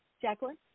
Jacqueline